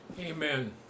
Amen